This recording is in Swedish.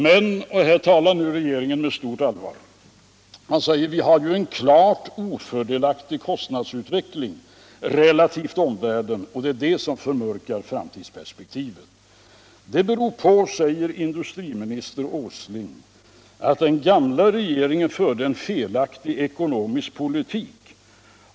Mcn regeringen säger — och här talar regeringen med stort allvar — att vi har en klart ofördelaktig kostnadsutveckling i retation till omvärlden Allmänpolitisk debatt Allmänpolitisk debatt som förmörkar framtidsperspektivet. Det beror, säger herr industriminister Åsling, på att den gamla regeringen fört en folaktig ekonomisk politik.